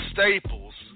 Staples